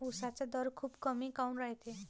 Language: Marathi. उसाचा दर खूप कमी काऊन रायते?